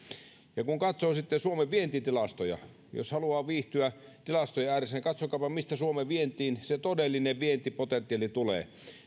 hankalaa kun katsoo sitten suomen vientitilastoja jos haluaa viihtyä tilastojen ääressä katsokaapa mistä suomen vientiin se todellinen vientipotentiaali tulee